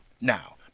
Now